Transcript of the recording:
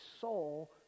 soul